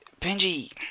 Benji